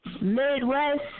Midwest